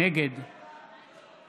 נגד